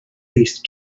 least